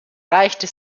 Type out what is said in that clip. reichte